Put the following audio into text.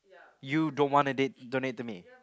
you don't wanna date donate to me